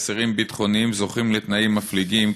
אסירים ביטחוניים זוכים לתנאים מפליגים,